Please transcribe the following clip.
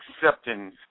accepting